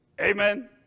Amen